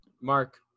Mark